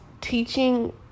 teaching